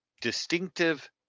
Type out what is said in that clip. distinctive